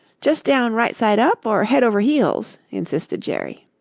just down right side up or head over heels, insisted jerry.